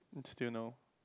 still no